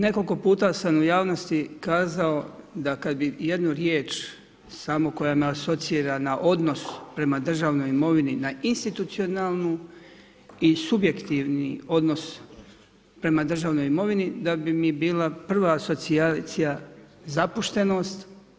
Nekoliko puta sam u javnosti kazao da kad bi jednu riječ samo koja nas asocira na odnos prema državnoj imovini na institucionalnu i subjektivni odnos prema državnoj imovini, da bi mi bila prva asocijacija zapuštenost.